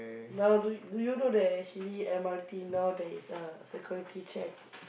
now do you do you know that actually M_R_T now there is a security check